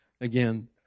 again